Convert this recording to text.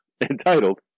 entitled